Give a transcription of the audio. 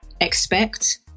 expect